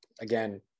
again